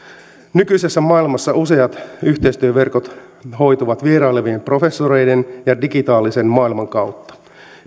nykyisessä maailmassa useat yhteistyöverkot hoituvat vierailevien professoreiden ja digitaalisen maailman kautta